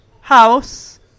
house